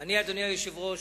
אדוני היושב-ראש,